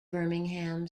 birmingham